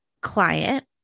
client